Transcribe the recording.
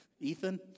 Ethan